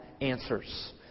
answers